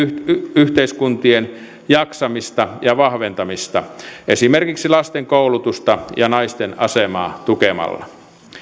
yhteiskuntien jaksamista ja vahventamista esimerkiksi lasten koulutusta ja naisten asemaa tukemalla